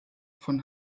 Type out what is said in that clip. von